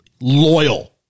loyal